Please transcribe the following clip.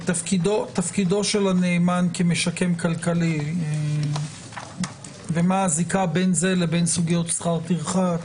תפקידו של הנאמן כמשקם כלכלי ומה הזיקה בין זה לבין סוגיות שכר טרחה.